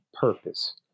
purpose